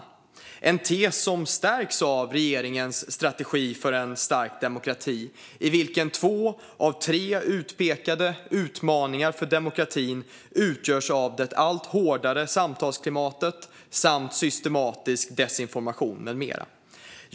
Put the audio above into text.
Det är en tes som stärks av regeringens Strategi för en stark demokrati - främja, förankra, försvara , i vilken två av de tre utpekade utmaningarna för demokratin utgörs av det allt hårdare samtalsklimatet samt systematisk desinformation med mera.